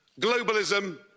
globalism